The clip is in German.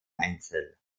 einzel